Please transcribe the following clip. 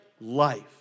life